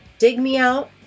digmeout